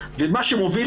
כפי שאנחנו מדברים,